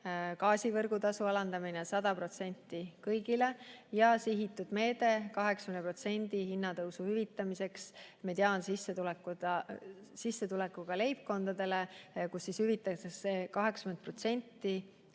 gaasivõrgutasu alandamine 100% kõigile ja sihitud meede: 80% hinnatõusu hüvitamine mediaansissetulekuga leibkondadele – hüvitatakse 80%